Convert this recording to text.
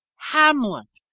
hamlet.